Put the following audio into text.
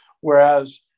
whereas